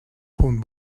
phone